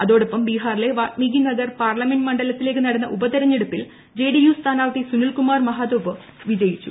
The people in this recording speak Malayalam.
അതോടൊപ്പം ബീഹാറിലെ വാൽമീകി നഗർ പാർലമെന്റ് മണ്ഡലത്തിലേക്ക് നടന്ന ഉപതെരഞ്ഞെടുപ്പിൽ ജെഡിയു സ്ഥാനാർഥി സുനിൽ കുമാർ മഹാതോ വിജയിച്ചു